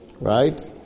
right